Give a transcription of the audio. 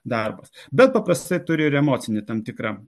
darbas bet paprastai turi ir emocinį tam tikrą